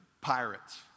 pirates